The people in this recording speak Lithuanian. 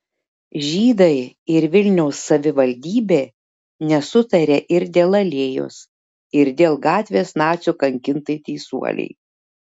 žydai ir vilniaus savivaldybė nesutaria ir dėl alėjos ir dėl gatvės nacių kankintai teisuolei